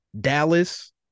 Dallas